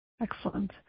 Excellent